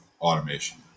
automation